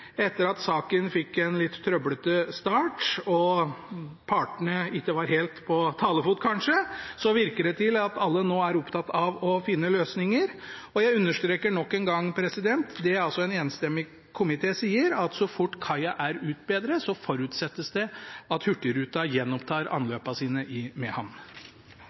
etter kanskje litt mye støy. Etter at saken fikk en litt trøblete start og partene kanskje ikke var helt på talefot, virker det som om alle nå er opptatt av å finne løsninger. Jeg understreker nok en gang det en enstemmig komité sier, at så fort kaia er utbedret, forutsettes det at Hurtigruten gjenopptar anløpene sine i